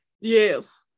yes